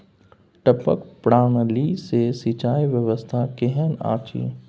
टपक प्रणाली से सिंचाई व्यवस्था केहन अछि?